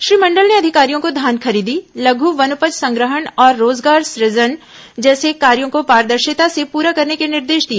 श्री मंडल ने अधिकारियों को धान खरीदी लघू वनोपज संग्रहण और रोजगार सुजन जैसे कार्यों को पारदर्शिता से पूरा करने के निर्देश दिए